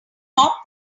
top